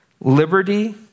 liberty